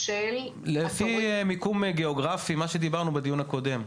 לפי מיקום גיאוגרפי מה שדיברנו בדיון הקודם.